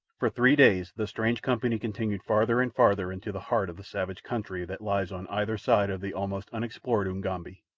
for three days the strange company continued farther and farther into the heart of the savage country that lies on either side of the almost unexplored ugambi.